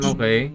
Okay